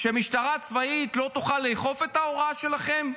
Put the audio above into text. שהמשטרה הצבאית לא תוכל לאכוף את ההוראה שלכם?